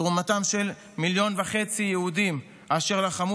תרומתם של מיליון וחצי יהודים אשר לחמו